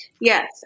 Yes